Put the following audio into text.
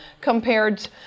compared